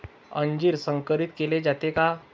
अंजीर संकरित केले जाते का?